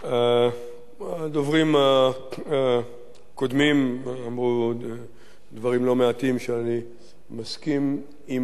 הדוברים הקודמים אמרו דברים לא מעטים שאני מסכים עמם,